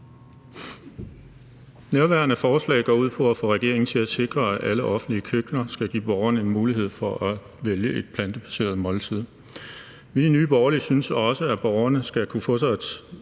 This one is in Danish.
Nærværende forslag går ud på at få regeringen til at sikre, at alle offentlige køkkener skal give borgerne mulighed for at vælge et plantebaseret måltid. Vi i Nye Borgerlige synes også, at borgerne skal kunne få et